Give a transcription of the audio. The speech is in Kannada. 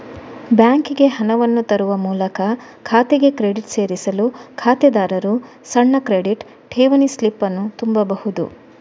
ಬ್ಯಾಂಕಿಗೆ ಹಣವನ್ನು ತರುವ ಮೂಲಕ ಖಾತೆಗೆ ಕ್ರೆಡಿಟ್ ಸೇರಿಸಲು ಖಾತೆದಾರರು ಸಣ್ಣ ಕ್ರೆಡಿಟ್, ಠೇವಣಿ ಸ್ಲಿಪ್ ಅನ್ನು ತುಂಬಬಹುದು